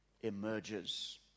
emerges